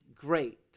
Great